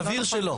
נבהיר שלא.